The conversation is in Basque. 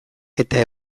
eta